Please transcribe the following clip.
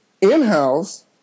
in-house